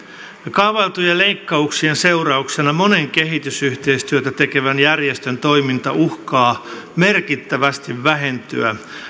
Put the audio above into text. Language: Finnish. kaavailtujen leikkauksien seurauksena monen kehitysyhteistyötä tekevän järjestön toiminta uhkaa merkittävästi vähentyä